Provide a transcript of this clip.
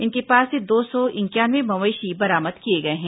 इनके पास से दो सौ इंक्यानवे मवेशी बरामद किए गए हैं